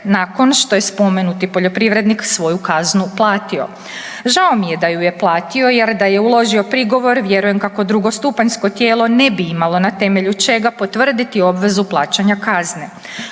nakon što je spomenuti poljoprivrednik svoju kaznu platio. Žao mi je da ju je platio jer da je uložio prigovor vjerujem kako drugostupanjsko tijelo ne bi imalo na temelju čega potvrditi obvezu plaćanja kazne.